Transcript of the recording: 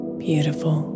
beautiful